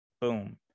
boom